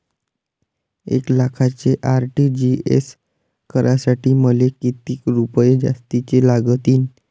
एक लाखाचे आर.टी.जी.एस करासाठी मले कितीक रुपये जास्तीचे लागतीनं?